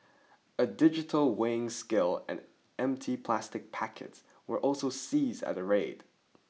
a digital weighing scale and empty plastic packets were also seized at the raid